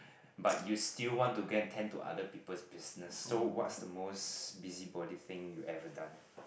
but you still want to go and tend to other people's business so what's the most busybody thing you ever done